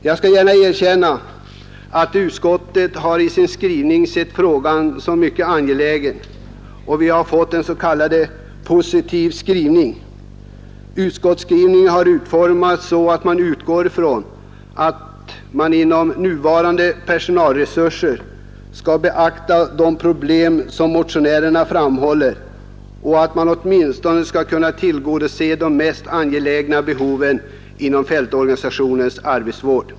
Jag skall gärna erkänna att utskottet har ansett att frågan är mycket angelägen, och vi har fått en s.k. positiv skrivning. Skrivningen har utformats så, att utskottet utgår från att man med nuvarande personalresurser skall beakta de problem som motionärerna framhåller och att man skall kunna tillgodose åtminstone de mest angelägna behoven inom fältorganisationens arbetsvård.